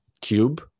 cube